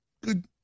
Good